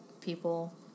people